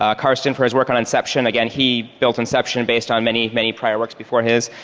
ah carsten for his work on inception again he built inception based on many many prior works before his.